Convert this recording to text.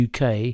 UK